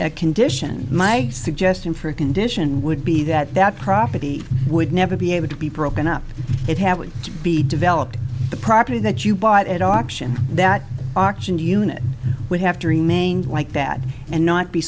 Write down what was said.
the condition my suggestion for condition would be that that property would never be able to be broken up it have to be developed the property that you bought at auction that auction unit would have to remain like that and not be